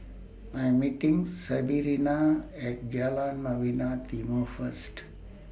I Am meeting Sebrina At Jalan Novena Timor First